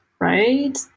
right